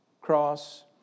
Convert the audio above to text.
cross